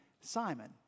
Simon